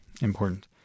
important